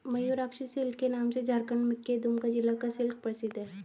Mayurakshi silk के नाम से झारखण्ड के दुमका जिला का सिल्क प्रसिद्ध है